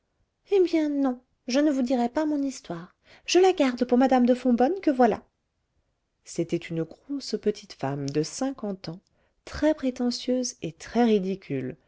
eh bien non je ne vous dirai pas mon histoire je la garde pour mme de fonbonne que voilà c'était une grosse petite femme de cinquante ans très prétentieuse et